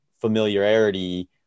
familiarity